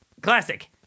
classic